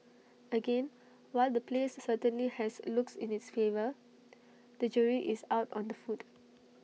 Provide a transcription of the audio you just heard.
again while the place certainly has looks in its favour the jury is out on the food